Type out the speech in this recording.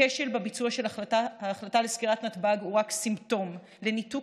הכשל בביצוע של ההחלטה לסגירת נתב"ג הוא רק סימפטום לניתוק